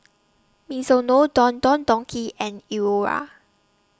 Mizuno Don Don Donki and